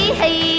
hey